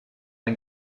ein